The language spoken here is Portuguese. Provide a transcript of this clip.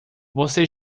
você